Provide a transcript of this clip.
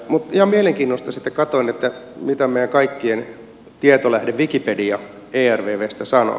ihan mielenkiinnosta sitten katsoin mitä meidän kaikkien tietolähde wikipedia ervvstä sanoo